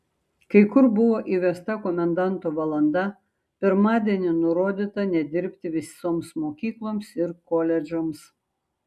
kai kur buvo įvesta komendanto valanda pirmadienį nurodyta nedirbti visoms mokykloms ir koledžams